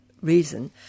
reason